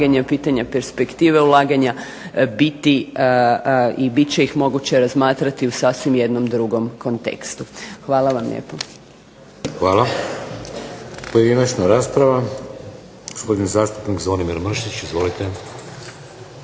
pitanje perspektive ulaganja biti i bit će ih moguće razmatrati u sasvim jednom drugom kontekstu. Hvala vam lijepo. **Šeks, Vladimir (HDZ)** Hvala. Pojedinačna rasprava. Gospodin zastupnik Zvonimir Mršić, izvolite.